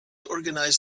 organize